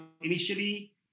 initially